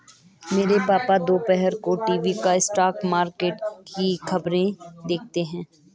मेरे पापा दोपहर को टीवी पर स्टॉक मार्केट की खबरें देखते हैं